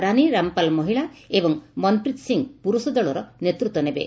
ରାନୀ ରାମପାଲ୍ ମହିଳା ଏବଂ ମନ୍ପ୍ରୀତ୍ ସିଂ ପୁରୁଷ ଦଳର ନେତ୍ତ୍ ନେବେ